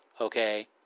Okay